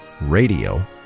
radio